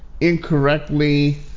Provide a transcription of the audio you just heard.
incorrectly